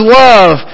love